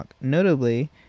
notably